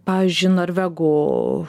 pavyzdžiui norvegų